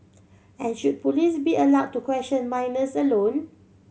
and should police be allowed to question minors alone